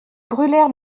brûlèrent